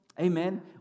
Amen